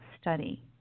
study